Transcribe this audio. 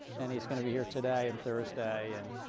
and he's going to be here today and thursday. and